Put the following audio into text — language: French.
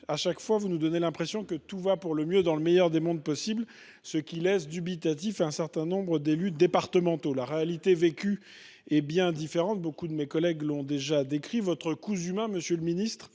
puisque vous nous donnez l’impression, chaque fois, que tout va pour le mieux dans le meilleur des mondes possibles, ce qui laisse dubitatifs un certain nombre d’élus départementaux. En effet, la réalité est bien différente. Beaucoup de mes collègues l’ont déjà décrite. Votre « cousu main », monsieur le ministre,